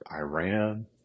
Iran